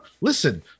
Listen